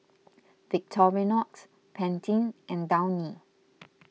Victorinox Pantene and Downy